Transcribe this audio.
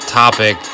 topic